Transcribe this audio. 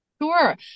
Sure